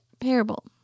Parable